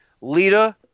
Lita